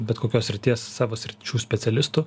bet kokios srities savo sričių specialistų